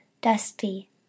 dusty